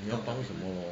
你要帮什么 lor